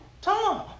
Tom